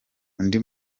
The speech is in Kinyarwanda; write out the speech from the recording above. undi